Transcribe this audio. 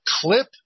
clip